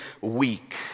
weak